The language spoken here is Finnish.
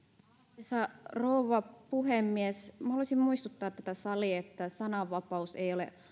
arvoisa rouva puhemies haluaisin muistuttaa tätä salia että sananvapaus ei ole